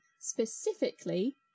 Specifically